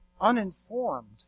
uninformed